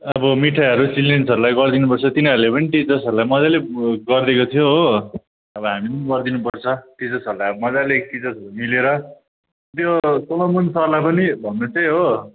अब मिठाईहरू चिल्ड्रेन्सहरूलाई गरिदिनुपर्छ तिनीहरूले पनि टिचर्सहरूलाई मज्जाले गरिदिएको थियो हो अब हामी पनि गरिदिनुपर्छ टिचर्सहरूलाई अब मज्जाले टिचर्सहरू मिलेर त्यो सोलोमन सरलाई पनि भन्नुहोस् है हो